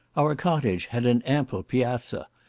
our cottage had an ample piazza,